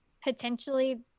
potentially